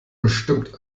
bestimmt